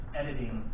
editing